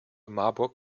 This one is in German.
marburg